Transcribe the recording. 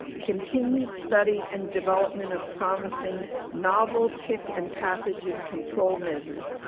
continued study and development of promising novel tick and pathogen control measures,